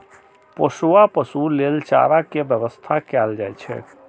पोसुआ पशु लेल चारा के व्यवस्था कैल जाइ छै